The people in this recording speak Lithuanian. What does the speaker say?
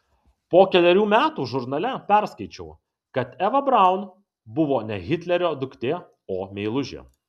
po kelerių metų žurnale perskaičiau kad eva braun buvo ne hitlerio duktė o meilužė